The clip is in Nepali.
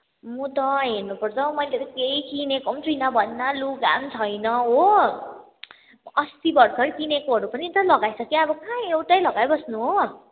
म त हेर्नुपर्छ हौ मैले त केही किनेको पनि छुइनँ भन् न लुगा पनि छैन हो अस्ति भर्खरै किनेकोहरू पनि त लगाइसकेँ अब कहाँ एउटै लगाइबस्नु हो